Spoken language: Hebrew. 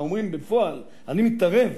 אלא אומרים בפועל: אני מתערב